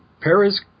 Paris